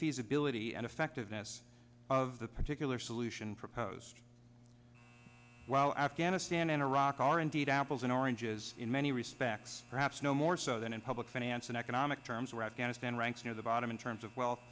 feasibility and effectiveness of the particular solution proposed while afghanistan and iraq are indeed apples and oranges in many respects perhaps no more so than in public finance in economic terms where afghanistan ranks near the bottom in terms of wealth